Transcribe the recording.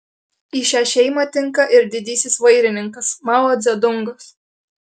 į šią šeimą tinka ir didysis vairininkas mao dzedungas